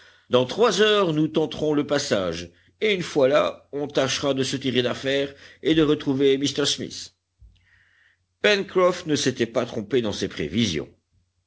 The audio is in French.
dans trois heures nous tenterons le passage et une fois là on tâchera de se tirer d'affaire et de retrouver m smith pencroff ne s'était pas trompé dans ses prévisions